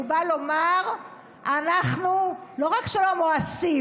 ובא לומר: לא רק שאנחנו לא מואסים,